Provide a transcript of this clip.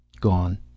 Gone